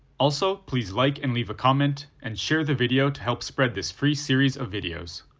also, please like and leave a comment, and share the video to help spread this free series of videos.